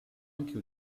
anche